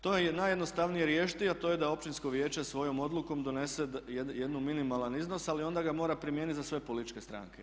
To je najjednostavnije riješiti, a to je da općinsko vijeće svojom odlukom donese jedan minimalni iznos ali onda ga mora primijeniti za sve političke stranke.